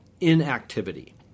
inactivity